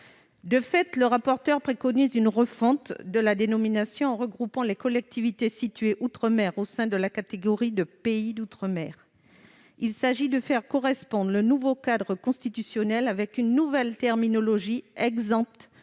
Les corapporteurs préconisent une refonte de la dénomination par le regroupement des collectivités situées outre-mer au sein de la catégorie « pays d'outre-mer ». Il s'agit de faire correspondre le nouveau cadre constitutionnel avec une nouvelle terminologie exempte